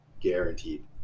guaranteed